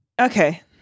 okay